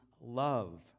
love